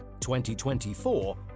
2024